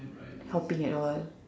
helping at all